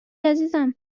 عزیزم